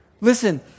Listen